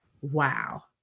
wow